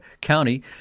County